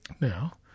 Now